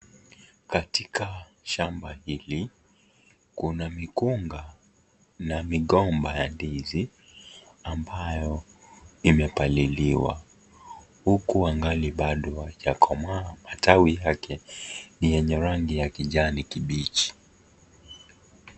Katika shamba hili kuna migomba na migomba ya ndiz ambayo imepaliliwa huku angali bado haijakomaa na tawi lake ni lenye rangi ya kijani kibichi.